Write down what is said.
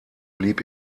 blieb